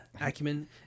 acumen